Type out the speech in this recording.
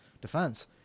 defense